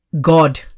God